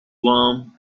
warm